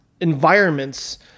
environments